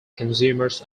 consumers